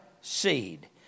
seed